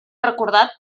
recordat